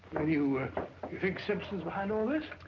you you think simpson is behind all this?